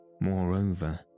Moreover